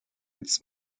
its